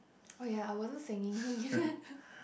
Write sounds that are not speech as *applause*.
oh ya I wasn't singing *laughs*